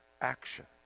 action